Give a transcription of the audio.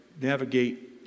navigate